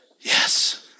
Yes